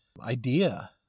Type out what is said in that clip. idea